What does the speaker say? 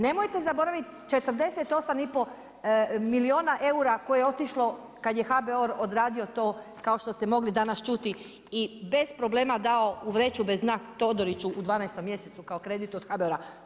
Nemojte zaboravit 48 i pol milijuna eura koje je otišlo kad je HBOR odradio to kao što ste mogli danas čuti i bez problema dao u vreću bez dna, Todoriću u 12. mjesecu kao kredit od HBOR-a.